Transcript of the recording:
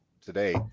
today